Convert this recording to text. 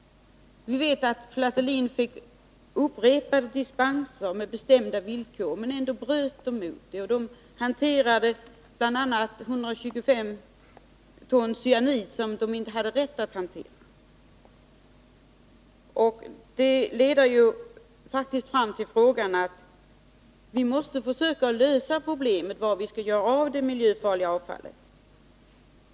Vi vet att Plateline fick upprepade dispenser med bestämda villkor, men att företaget ändå bröt mot dem. Man hanterade bl.a. 125 kg cyanid som man inte hade rätt att hantera. Det leder till slutsatsen att vi måste försöka lösa problemet vad vi skall göra med det miljöfarliga avfallet.